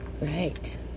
Right